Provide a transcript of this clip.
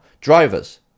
Drivers